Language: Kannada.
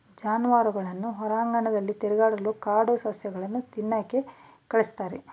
ಜಾನುವಾರುಗಳನ್ನ ಹೊರಾಂಗಣದಲ್ಲಿ ತಿರುಗಾಡಲು ಕಾಡು ಸಸ್ಯಗಳನ್ನು ತಿನ್ನೋಕೆ ಕಳಿಸ್ತಾರೆ